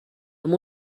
amb